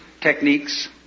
techniques